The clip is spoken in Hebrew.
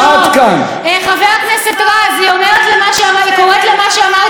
אני מתייחסת כאן לכל מה שאמרתם.